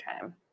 time